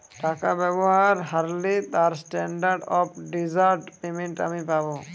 টাকা ব্যবহার হারলে তার স্ট্যান্ডার্ড অফ ডেজার্ট পেমেন্ট আমি পাব